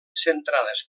centrades